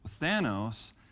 Thanos